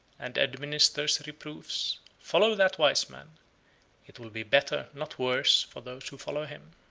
and administers reproofs, follow that wise man it will be better, not worse, for those who follow him.